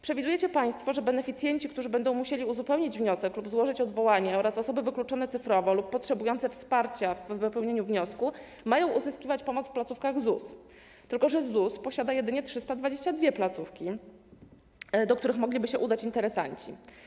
Przewidujecie państwo, że beneficjenci, którzy będą musieli uzupełnić wniosek lub złożyć odwołanie, oraz osoby wykluczone cyfrowo lub potrzebujące wsparcia w wypełnieniu wniosku mają uzyskiwać pomoc w placówkach ZUS, tylko że ZUS posiada jedynie 322 placówki, do których mogliby się udać interesanci.